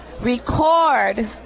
record